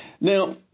Now